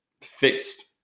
fixed –